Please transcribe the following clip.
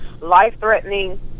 life-threatening